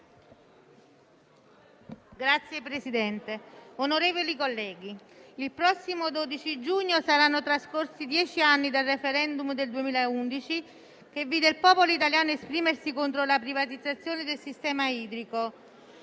Signor Presidente, onorevoli colleghi, il prossimo 12 giugno saranno trascorsi dieci anni dal *referendum* del 2011 che vide il popolo italiano esprimersi contro la privatizzazione del sistema idrico.